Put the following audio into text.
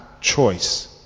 choice